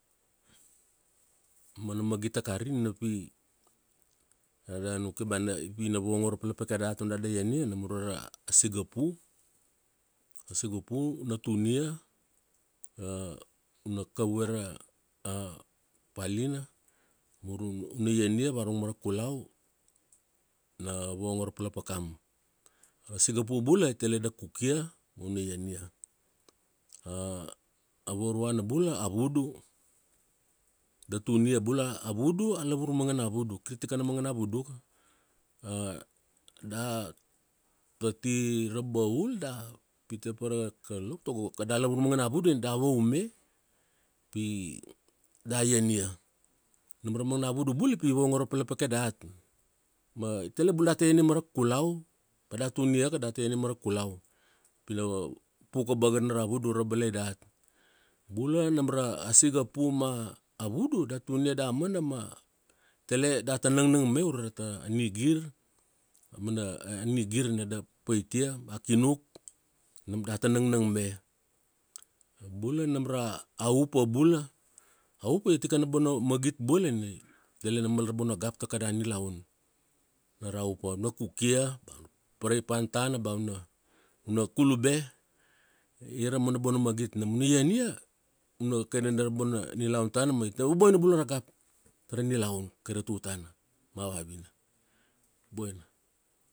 Aumana magit a kari ni na pi, an da nukia ba pi na vongor ra palapakai dat ona da ienia nam ure ra singapu. A singapu una tunia, una kavue ra palina mur una ienia varung ma ra kulau, na vongor ra palapakam. A singapu bula tele da kukia ma una ienia. A vouruana bula a vudu, da tunia bula. A vudu a lavur managana vudu. Kir takana mangana vudu ka. Dat ati Rabaul da pite pa ra Kalau tago kada lavur mangana vudu nina da vaume, pi, da ienia. Nam ra managana vudu bula pi vongor ra palapakai dat. Ma i tele bula data ien ia mara kulau, ba data tun iaka da iania mara kulau. Pi na puk vabaka na ra vudu ura balai dat. Bula nam ra, a singapu ma a vudu da tunia damana ma i tele data nangnang me ure ta nigir mana nigir na da paitia ma kunuk nam data nangnang me. Bula nam ra a upa bula. A upa ia tikana bona magit bula ni tele na mal ra bona gap ta kada nilaun. Na ra upa na kukia bea una paraipan tana bea una, una kulube ia ra mana bona magit nam una ienia una kairene ra bona nilaun tana ma tavaboina bula ra gap tara nilaun kai ra tutana ma vavina boina.